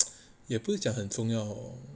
也不是讲很重要